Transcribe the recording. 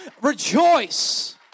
Rejoice